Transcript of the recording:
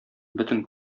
бөтен